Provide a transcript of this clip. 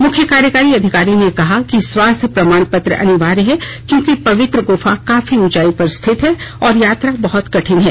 मुख्य कार्यकारी अधिकारी ने कहा कि स्वास्थ्य प्रमाणपत्र अनिवार्य है क्योंकि पवित्र गुफा काफी ऊंचाई पर स्थित है और यात्रा बहुत कठिन है